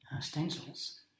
stencils